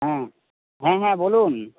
হ্যাঁ হ্যাঁ হ্যাঁ বলুন